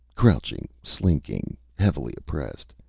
crouching, slinking, heavily oppressed,